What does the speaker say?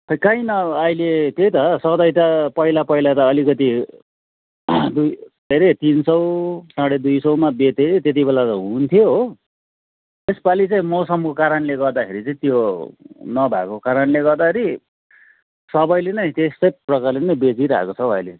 खै काहीँ न अहिले त्यही त सधैँ त पहिला पहिला त अलिकति दुई के अरे तिन सौ साढे दुई सौमा बेच्थेँ त्यति बेला त हुन्थ्यो हो यसपालि चाहिँ मौसमको कारणले गर्दाखेरि चाहिँ त्यो नभएको कारणले गर्दाखेरि सबैले नै त्यस्तै प्रकारले नै बेचिरहेको छ हौ अहिले